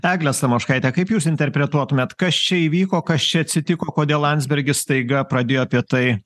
egle samoškaite kaip jūs interpretuotumėt kas čia įvyko kas čia atsitiko kodėl landsbergis staiga pradėjo apie tai